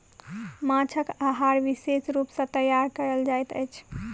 माँछक आहार विशेष रूप सॅ तैयार कयल जाइत अछि